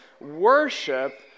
worship